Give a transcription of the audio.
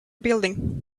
building